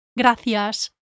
Gracias